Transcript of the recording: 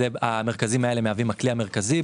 המרכזים האלה מהווים הכלי המרכזי.